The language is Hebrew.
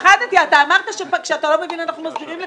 פחדתי, אמרת שכשאתה לא מבין אנחנו מסבירים לך.